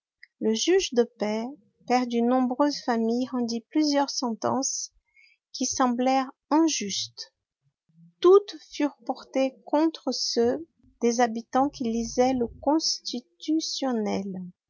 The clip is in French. le juge de paix père d'une nombreuse famille rendit plusieurs sentences qui semblèrent injustes toutes furent portées contre ceux des habitants qui lisaient le constitutionnel